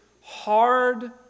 hard